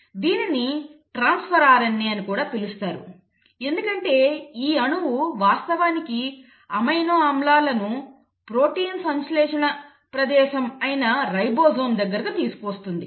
దీనిని transfer RNA అని కూడా పిలుస్తారు ఎందుకంటే ఈ అణువు వాస్తవానికి అమైనో ఆసిడ్లను ప్రోటీన్ సంశ్లేషణ ప్రదేశం అయిన రైబోజోమ్ దగ్గరకు తీసుకువస్తుంది